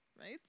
Right